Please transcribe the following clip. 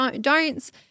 don'ts